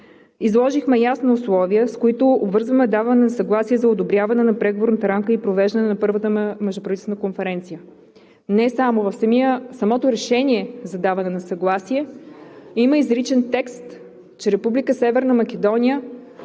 изложихме ясни условия, с които обвързваме даване на съгласие за одобряване на преговорната рамка и провеждане на първата междуправителствена конференция. Не само! В самото решение за даване на съгласие има изричен текст, че Република